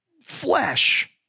flesh